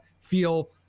feel